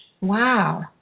wow